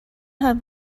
have